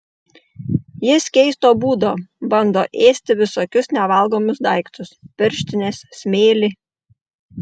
jis keisto būdo bando ėsti visokius nevalgomus daiktus pirštines smėlį